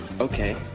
Okay